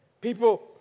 People